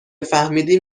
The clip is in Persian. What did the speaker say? فهمیدیم